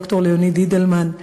ד"ר ליאוניד אידלמן,